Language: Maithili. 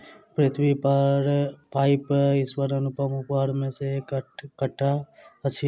पृथ्वीपर पाइन ईश्वरक अनुपम उपहार मे सॅ एकटा अछि